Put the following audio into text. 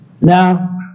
Now